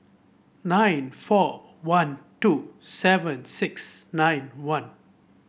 nine four one two seven six nine one